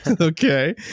Okay